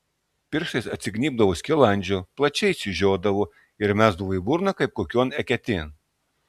pirštais atsignybdavo skilandžio plačiai išsižiodavo ir mesdavo į burną kaip kokion eketėn